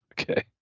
okay